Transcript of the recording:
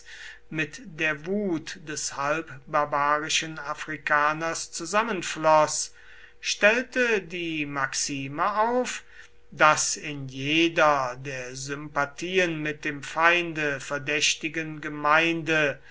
mit der wut des halbbarbarischen afrikaners zusammenfloß stellte die maxime auf daß in jeder der sympathien mit dem feinde verdächtigen gemeinde